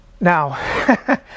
Now